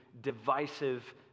divisive